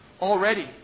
already